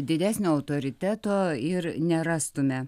didesnio autoriteto ir nerastume